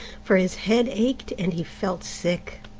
for his head ached and he felt sick.